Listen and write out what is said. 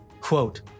Quote